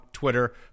Twitter